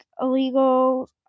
illegal